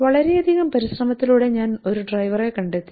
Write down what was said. വളരെയധികം പരിശ്രമത്തിലൂടെ ഞാൻ ഒരു ഡ്രൈവറെ കണ്ടെത്തി